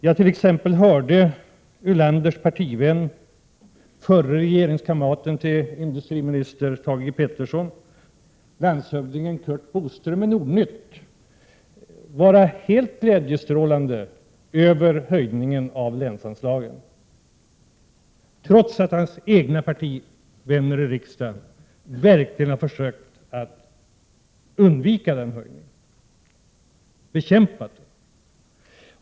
Jag hörde Lars Ulanders partivän, förre regeringskamraten till industriminister Thage Peterson, nuvarande landshövdingen Curt Boström uttala sig i Nordnytt, helt glädjestrålande över höjningen av länsanslagen, trots att höga partivänner i riksdagen verkligen har försökt att undvika den höjningen och har bekämpat den.